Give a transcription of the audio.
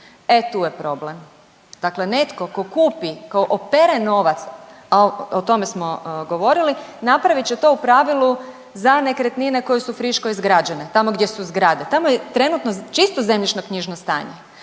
E tu je problem, dakle netko ko kupi, ko opere novac, a o tome smo govorili, napravit će to u pravilu za nekretnine koje su friško izgrađene, tamo gdje su zgrade, tamo je trenutno čisto zemljišnoknjižno stanje,